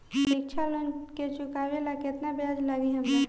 शिक्षा लोन के चुकावेला केतना ब्याज लागि हमरा?